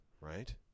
right